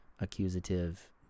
accusative